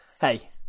hey